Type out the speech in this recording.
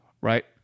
right